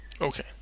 okay